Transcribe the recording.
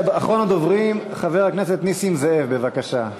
אחרון הדוברים, חבר הכנסת נסים זאב, בבקשה.